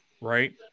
right